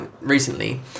recently